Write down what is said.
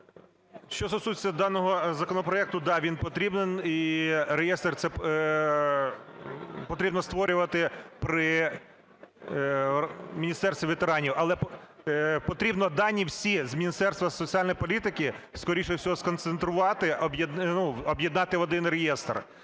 Що стосується даного законопроекту, да, він потрібен. І реєстр потрібно створювати при Міністерстві ветеранів. Але потрібно дані всі з Міністерства соціальної політики скоріше всього сконцентрувати, об'єднати в один реєстр,